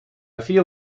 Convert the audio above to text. feel